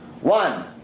One